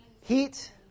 heat